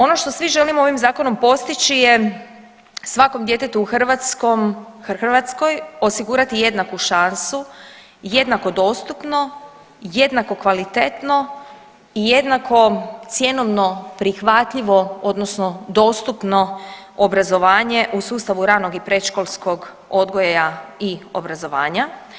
Ono što svi želimo ovim zakonom postići je svakom djetetu u Hrvatskoj osigurati jednaku šansu i jednako dostupno i jednako kvalitetno i jednako cjenovno prihvatljivo odnosno dostupno obrazovanje u sustavu ranog i predškolskog odgoja i obrazovanja.